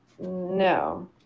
No